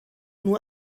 nur